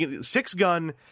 Six-Gun